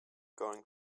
going